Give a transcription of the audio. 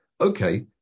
Okay